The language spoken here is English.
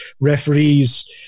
referees